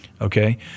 okay